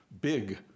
big